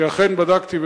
שאכן בדקתי,